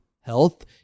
health